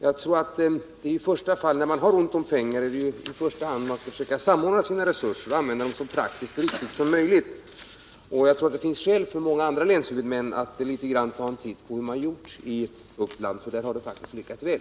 Jag tror att om man har ont om pengar, så bör man i första hand försöka samordna sina resurser och använda dem så riktigt som möjligt. Jag tror att det finns skäl för andra läns huvudmän att ta en titt på hur man gjort i Uppland, för där har man faktiskt lyckats väl.